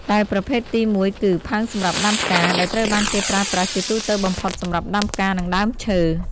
ដែលប្រភេទទីមួយគឺ ផើងសម្រាប់ដាំផ្កា ដែលត្រូវបានគេប្រើប្រាស់ជាទូទៅបំផុតសម្រាប់ដាំផ្កា និងដើមឈើ។